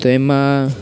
તો એમાં